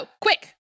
quick